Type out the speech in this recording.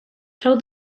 told